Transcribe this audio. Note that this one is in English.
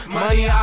money